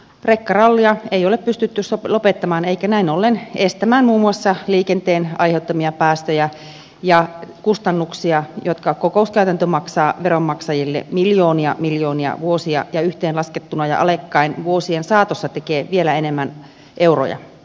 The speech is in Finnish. rekkarallia ei ole pystytty lopettamaan eikä näin ollen estämään muun muassa liikenteen aiheuttamia päästöjä ja niitä kustannuksia mitä kokouskäytäntö maksaa veronmaksajille miljoonia miljoonia ja yhteenlaskettuna ja alekkain se vuo sien saatossa tekee vielä enemmän euroja